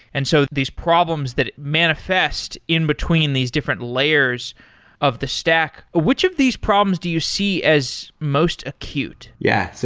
and so these problems that manifest in between these different layers of the stack, which of these problems do you see as most acute? yeah.